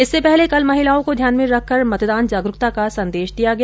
इससे पहले कल महिलाओं को ध्यान में रखकर मतदान जागरूकता का संदेश दिया गया